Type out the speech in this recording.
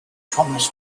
thomas